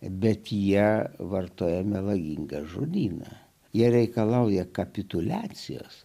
bet jie vartoja melagingą žodyną jie reikalauja kapituliacijos